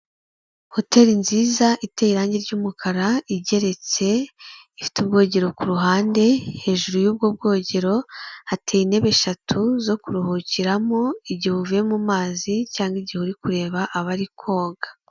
Hoteri nziza iteye irange ry'umukara igeretse, ifite ubwogero ku ruhande, hejuru y'ubwo bwogero hateye intebe eshatu, zo kuruhukiramo, igihe uvuye mu mazi cyangwa igihe uri kureba abari koga.